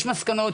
יש מסקנות.